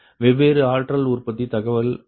வெவ்வேறு ஆற்றல் உற்பத்தி தகவல் ஆகும்